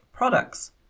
products